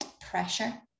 pressure